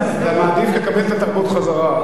אתה מעדיף לקבל את התרבות חזרה.